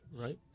Right